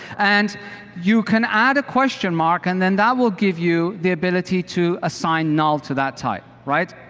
and you can add a question mark and then that will give you the ability to assign null to that type, right?